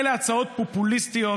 אלה הצעות פופוליסטיות,